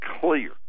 clear